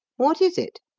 what is it?